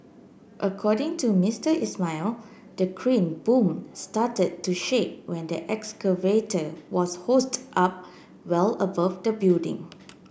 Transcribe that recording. according to Mister Ismail the crane boom started to shake when the excavator was hoisted up well above the building